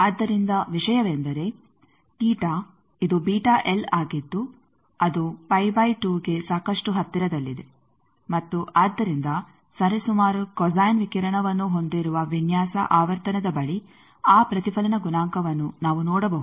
ಆದ್ದರಿಂದ ವಿಷಯವೆಂದರೆ ತೀಟ ಇದು ಆಗಿದ್ದು ಅದು ಗೆ ಸಾಕಷ್ಟು ಹತ್ತಿರದಲ್ಲಿದೆ ಮತ್ತು ಆದ್ದರಿಂದ ಸರಿಸುಮಾರು ಕೊಸೈನ್ ವಿಕಿರಣವನ್ನು ಹೊಂದಿರುವ ವಿನ್ಯಾಸ ಆವರ್ತನದ ಬಳಿ ಆ ಪ್ರತಿಫಲನ ಗುಣಾಂಕವನ್ನು ನಾವು ನೋಡಬಹುದು